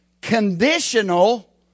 conditional